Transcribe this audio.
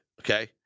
okay